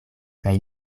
kaj